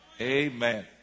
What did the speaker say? Amen